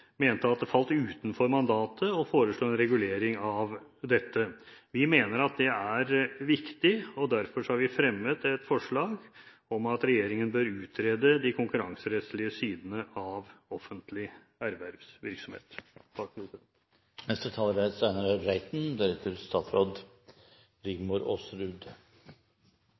mente at det falt utenfor mandatet å foreslå en regulering av dette. Vi mener at det er viktig, og derfor har vi fremmet et forslag om at regjeringen bør utrede de konkurranserettslige sidene av offentlig